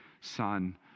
Son